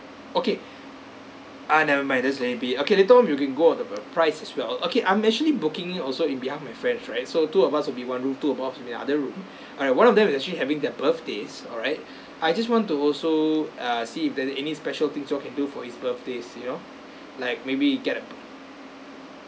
okay ah never mind just let it be okay later on we can go on the uh price as well okay I'm actually booking it also in behalf of my friends right so two of us will be one room two of them in other room uh one of them is actually having their birthdays alright I just want to also ah see if there any special things y'all can do for his birthdays you know like maybe you get a